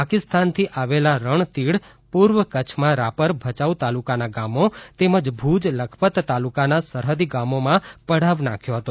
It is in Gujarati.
પાકિસ્તાનથી આવેલા રણતીડ પૂર્વ કચ્છમાં રાપર ભચાઉ તાલુકાના ગામો તેમજ ભુજ લખપત તાલુકાના સરહદી ગામોમાં પડાવ નાખ્યો હતો